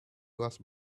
was